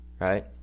right